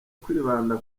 kwibanda